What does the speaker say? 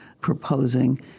proposing